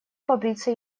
побриться